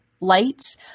lights